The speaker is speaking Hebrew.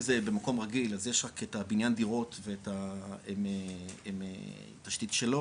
אם זה במקום רגיל אז יש את הבניין דירות ותשתית שלו,